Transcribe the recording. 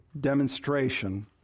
demonstration